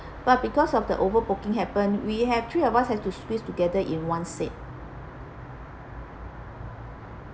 but because of the overbooking happened we have three of us have to squeeze together in one seat